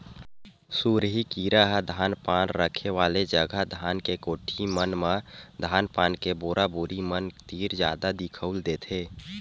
सुरही कीरा ह धान पान रखे वाले जगा धान के कोठी मन म धान पान के बोरा बोरी मन तीर जादा दिखउल देथे